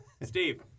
Steve